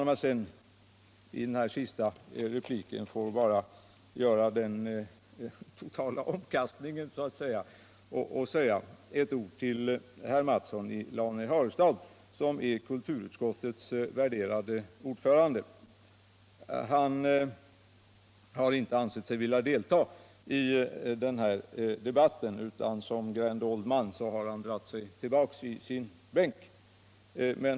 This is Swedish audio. Låt mig sedan i denna sista replik få göra en total omkastning och säga några ord till herr Mattsson i Cane-Herrestad. som är kulturutskottets värderade ordförande. Han har inte ansett sig vilja delta i denna debatt utan som grand old man har han dragit sig tillbaka till sin bänk.